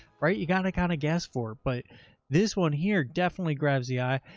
right? you got to kind of guess for, but this one here definitely grabs the eye. ah,